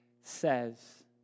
says